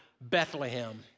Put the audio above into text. Bethlehem